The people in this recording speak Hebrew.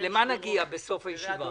בסוף הישיבה?